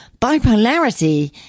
bipolarity